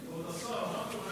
שאם אפשר להגדיר